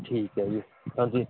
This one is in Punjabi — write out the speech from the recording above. ਠੀਕ ਹੈ ਜੀ ਹਾਂਜੀ